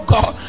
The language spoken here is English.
God